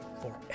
forever